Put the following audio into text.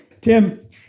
Tim